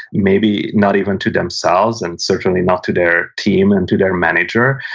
maybe not even to themselves and certainly not to their team and to their manager.